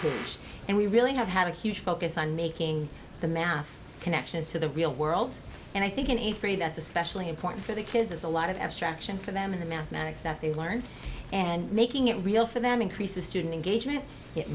same and we really have had a huge focus on making the math connections to the real world and i think an eighth grade that's especially important for the kids is a lot of abstraction for them in the mathematics that they've learned and making it real for them increases student engagement it